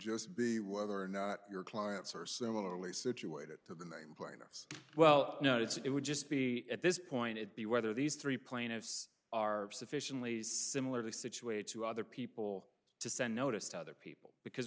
just be whether or not your clients are similarly situated to the name plaintiffs well no it's it would just be at this point it be whether these three plaintiffs are sufficiently similarly situated to other people to send notice to other people because